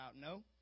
no